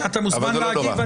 אתה מוזמן להגיב.